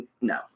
No